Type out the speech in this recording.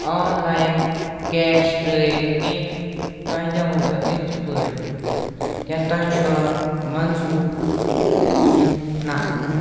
online cash ترٲیِتھ کیٚنٛہہ تۄہہِ دِمَو بہٕ اِتھ پٲٹھۍ کیاہ تۄہہِ چھُوا منظوٗر کِن نَہ